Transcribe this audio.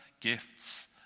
gifts